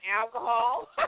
alcohol